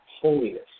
holiness